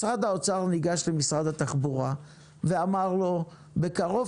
משרד האוצר ניגש למשרד התחבורה ואמר לו שבקרוב